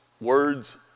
words